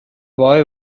boy